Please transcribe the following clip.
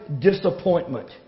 disappointment